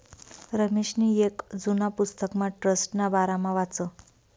रमेशनी येक जुना पुस्तकमा ट्रस्टना बारामा वाचं